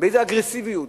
באיזו אגרסיביות,